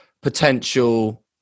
potential